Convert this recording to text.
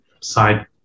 side